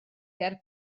ger